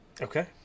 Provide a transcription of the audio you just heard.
Okay